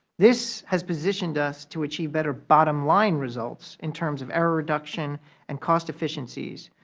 this has positioned us to achieve better bottom line results in terms of error reduction and cost efficiencies.